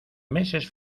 meses